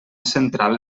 central